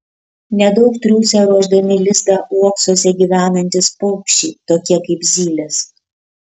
nedaug triūsia ruošdami lizdą uoksuose gyvenantys paukščiai tokie kaip zylės